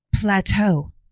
Plateau